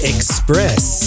Express